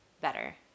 better